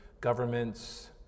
governments